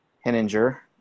Henninger